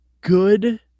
good